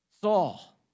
Saul